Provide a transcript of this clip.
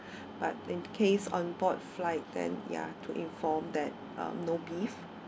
but in case on board flight then ya to inform that uh no beef